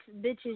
bitches